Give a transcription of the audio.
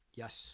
yes